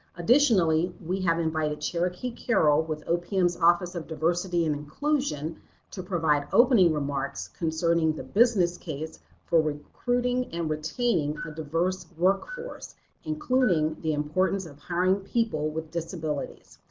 additionally we have invited cherokee carroll with opm's office of diversity and inclusion to provide opening remarks concerning the business case for recruiting and retaining a diverse workforce including the importance of hiring people with disabilities.